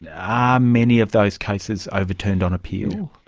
are many of those cases overturned on appeal?